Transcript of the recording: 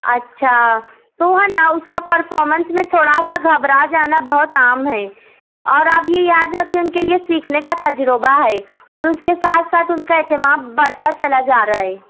اچھا تو ہے نا اس کا پرفورمنس میں تھوڑا سا گھبرا جانا بہت عام ہے اور آپ یہ یاد رکھیں ان کے لیے سیکھنے کا تجربہ ہے اور اس کے ساتھ ساتھ ان کا اعتماد بڑھتا چلا جا رہا ہے